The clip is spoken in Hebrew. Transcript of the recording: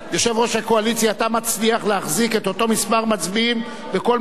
אתה מצליח להחזיק את אותו מספר מצביעים בכל מספר של קואליציה.